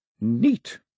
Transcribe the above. neat